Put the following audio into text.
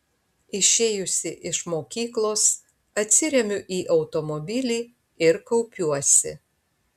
išėjusi iš mokyklos atsiremiu į automobilį ir kaupiuosi